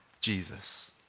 Jesus